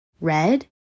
red